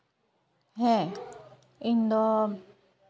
ᱦᱮᱸ ᱤᱧᱫᱚ